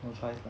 you try